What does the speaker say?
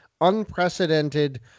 unprecedented